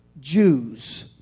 Jews